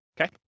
okay